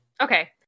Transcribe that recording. okay